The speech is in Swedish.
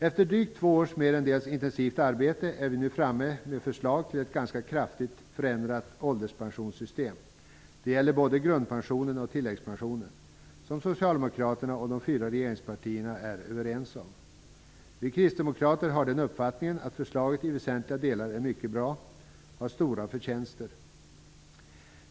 Efter drygt två års merändels intensivt arbete är vi nu framme med förslag till ett ganska kraftigt förändrat ålderspensionssystem -- det gäller både grundpensionen och tilläggspensionen -- som Socialdemokraterna och de fyra regeringspartierna är överens om. Vi kristdemokrater har den uppfattningen, att förslaget i väsentliga delar är mycket bra och har stora förtjänster.